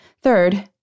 Third